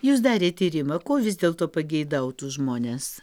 jūs darėt tyrimą ko vis dėlto pageidautų žmonės